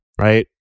right